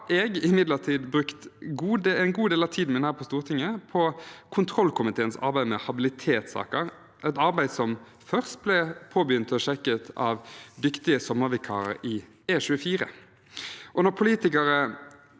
jeg imidlertid brukt en god del av tiden min her på Stortinget på kontrollkomiteens arbeid med habilitetssaker – et arbeid som først ble påbegynt og sjekket av dyktige sommervikarer i E24. Når politikere